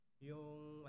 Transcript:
yung